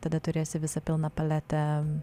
tada turėsi visą pilną paletę